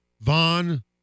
Vaughn